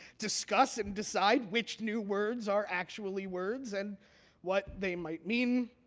discuss, and decide which new words are actually words and what they might mean.